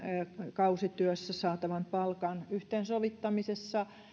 kausityössä saatavan palkan yhteensovittamisessa